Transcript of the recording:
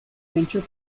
venture